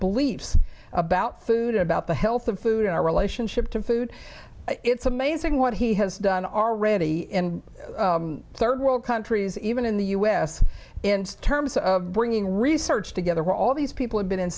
beliefs about food about the health of food in our relationship to food it's amazing what he has done already in third world countries even in the u s in terms of bringing research together all these people have been in